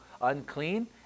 Unclean